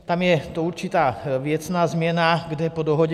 Tam je to určitá věcná změna, kde po dohodě